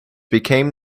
became